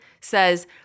says